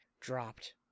dropped